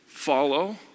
Follow